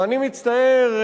ואני מצטער,